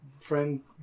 friend